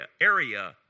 Area